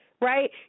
right